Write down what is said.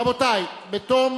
רבותי, בתום